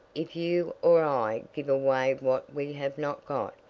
if you or i give away what we have not got,